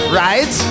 right